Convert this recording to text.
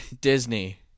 Disney